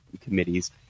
committees